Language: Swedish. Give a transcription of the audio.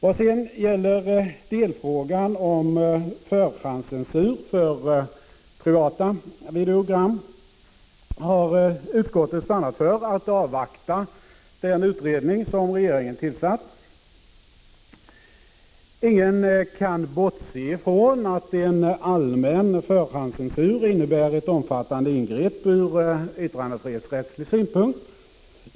Vad sedan gäller delfrågan om förhandscensur av videogram för privat bruk har utskottet stannat för att avvakta den utredning som regeringen har tillsatt. Ingen kan bortse ifrån att en allmän förhandscensur innebär ett omfattande ingrepp ur yttrandefrihetsrättslig synpunkt.